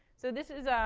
so this is, um,